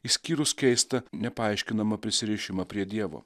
išskyrus keistą nepaaiškinamą prisirišimą prie dievo